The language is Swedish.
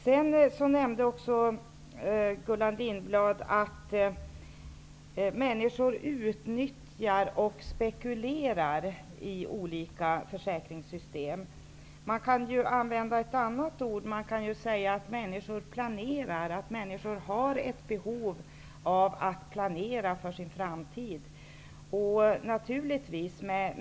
Gullan Lindblad nämnde också att människor utnyttjar och spekulerar i olika försäkringssystem. Man kan använda ett annat ord. Man kan säga att människor planerar, att människor har ett behov av att planera för sin framtid.